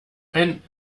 ein